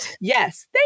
Yes